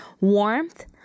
warmth